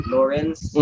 Lawrence